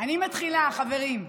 אני מתחילה, חברים.